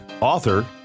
author